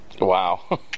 wow